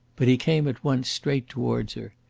but he came at once straight towards her.